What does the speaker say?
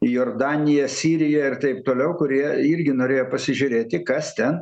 į jordaniją siriją ir taip toliau kurie irgi norėjo pasižiūrėti kas ten